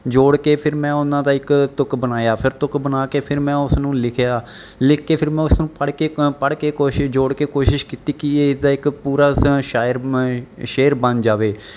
ਜੋੜ ਕੇ ਫਿਰ ਮੈਂ ਉਹਨਾਂ ਦਾ ਇੱਕ ਤੁਕ ਬਣਾਇਆ ਫਿਰ ਤੁਕ ਬਣਾ ਕੇ ਫਿਰ ਮੈਂ ਉਸ ਨੂੰ ਲਿਖਿਆ ਲਿਖ ਕੇ ਫਿਰ ਮੈਂ ਉਸ ਨੂੰ ਪੜ੍ਹ ਕੇ ਕ ਪੜ੍ਹ ਕੇ ਕੁਛ ਜੋੜ ਕੇ ਕੋਸ਼ਿਸ਼ ਕੀਤੀ ਕਿ ਇਸ ਦਾ ਇੱਕ ਪੂਰਾ ਸ਼ ਸ਼ਾਇਰ ਸ਼ੇਅਰ ਬਣ ਜਾਵੇ